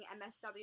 MSW